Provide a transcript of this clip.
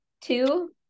Two